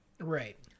right